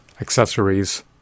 accessories